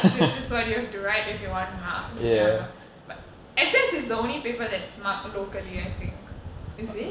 this is what you have to right if you want marks ya but S_S is the only paper that is marked locally I think is it